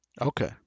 okay